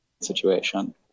situation